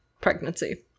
pregnancy